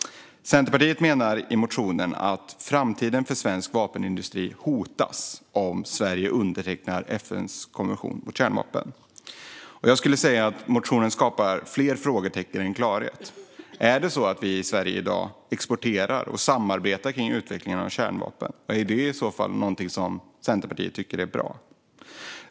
Centerpartiet menar i motionen att framtiden för svensk vapenindustri hotas om Sverige undertecknar FN:s konvention mot kärnvapen. Jag skulle säga att motionen skapar frågetecken snarare än klarhet. Är det så att vi Sverige i dag exporterar och samarbetar kring utvecklingen av kärnvapen? Och är det i så fall något som Centerpartiet tycker är bra?